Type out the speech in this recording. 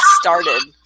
started